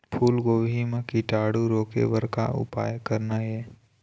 फूलगोभी म कीटाणु रोके बर का उपाय करना ये?